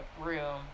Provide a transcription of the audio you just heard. room